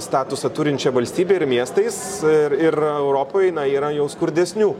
statusą turinčia valstybe ir miestais ir ir europoj yra jau skurdesnių